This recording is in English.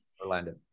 Orlando